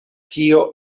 tio